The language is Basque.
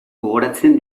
gogoratzen